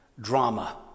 drama